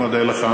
אני מודה לך.